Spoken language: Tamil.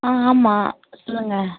ஆ ஆமாம் சொல்லுங்க